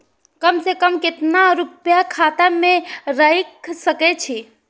कम से कम केतना रूपया खाता में राइख सके छी?